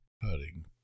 cutting